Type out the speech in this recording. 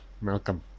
Malcolm